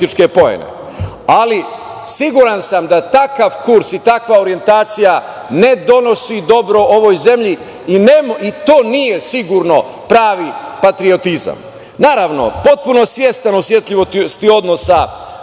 ali siguran sam da takav kurs i takva orijentacija ne donosi dobro ovoj zemlji i to nije sigurno pravi patriotizam. Naravno, potpuno svestan osetljivosti odnosa